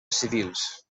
civils